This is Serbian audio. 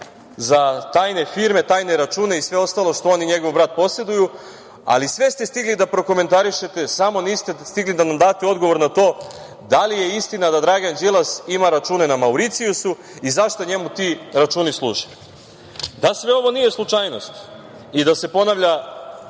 za tajne firme, tajne račune i sve ostalo što on i njegov brat poseduju, ali sve ste stigli da prokomentarišete, ali niste stigli da nam date odgovor na to da li je istina da Dragan Đilas ima račune na Mauricijusu i za šta njemu ti računi služe. Da sve ovo nije slučajnost i da se ponavlja